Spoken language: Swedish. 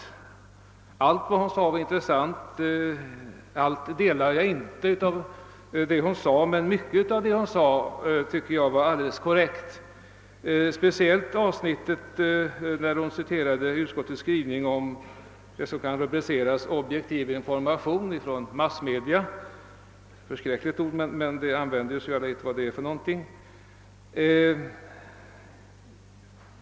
Jag kan inte instämma i allt vad hon sade, men mycket i hennes anförande var även från min bedömning alldeles korrekt. Speciellt gäller detta vad hon sade i det avsnitt av anförandet, där hon med åberopande av utskottets skrivning talade om objektiv information genom massmedia. Det är ett förskräckligt ord, men det används och alla vet vad det är för någonting.